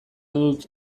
dut